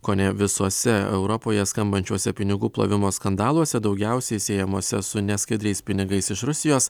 kone visose europoje skambančiuose pinigų plovimo skandaluose daugiausiai siejamose su neskaidriais pinigais iš rusijos